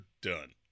done